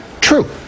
True